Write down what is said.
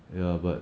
ya but